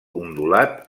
ondulat